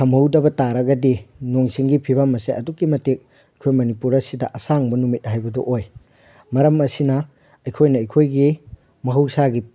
ꯊꯝꯍꯧꯗꯕ ꯇꯥꯔꯒꯗꯤ ꯅꯣꯡ ꯁꯤꯡꯒꯤ ꯐꯤꯕꯝ ꯑꯁꯦ ꯑꯗꯨꯛꯀꯤ ꯃꯇꯤꯛ ꯑꯩꯈꯣꯏ ꯃꯅꯤꯄꯨꯔ ꯑꯁꯤꯗ ꯑꯁꯥꯡꯕ ꯅꯨꯃꯤꯠ ꯍꯥꯏꯕꯗꯨ ꯑꯣꯏ ꯃꯔꯝ ꯑꯁꯤꯅ ꯑꯩꯈꯣꯏꯅ ꯑꯩꯈꯣꯏꯒꯤ ꯃꯍꯧꯁꯥꯒꯤ